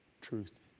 truth